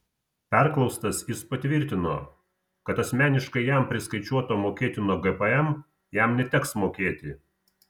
perklaustas jis patvirtino kad asmeniškai jam priskaičiuotų mokėtino gpm jam neteks mokėti